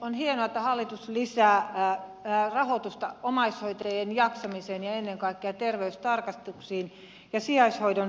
on hienoa että hallitus lisää rahoitusta omaishoitajien jaksamiseen ja ennen kaikkea terveystarkastuksiin ja sijaishoidon lisäämiseen